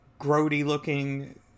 grody-looking